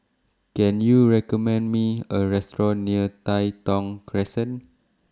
Can YOU recommend Me A Restaurant near Tai Thong Crescent